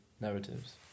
narratives